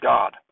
God